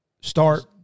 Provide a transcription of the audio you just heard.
start